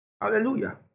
Hallelujah